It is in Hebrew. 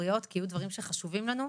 האחוריות כי יהיו דברים שחשובים לנו,